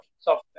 software